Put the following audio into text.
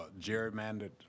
gerrymandered